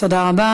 תודה רבה.